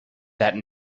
that